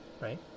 right